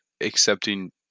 accepting